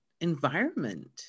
environment